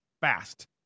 fast